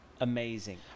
amazing